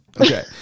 okay